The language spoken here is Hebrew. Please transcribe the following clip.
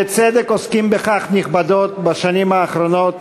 בצדק עוסקים בכך בהרחבה בשנים האחרונות